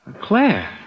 Claire